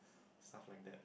stuff like that